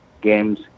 games